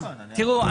תיראו,